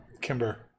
Kimber